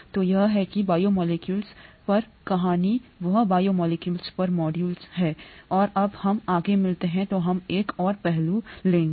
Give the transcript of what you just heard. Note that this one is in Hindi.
तो यह है कि बायोमोलेक्यूलस पर कहानी वह बायोमोलेक्यूलस पर मॉड्यूल है और जब हम आगे मिलते हैं तो हम एक और पहलू लेंगे